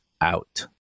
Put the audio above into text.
out